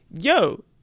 yo